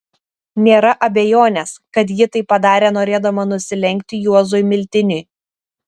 nėra abejonės kad ji tai padarė norėdama nusilenkti juozui miltiniui